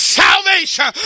salvation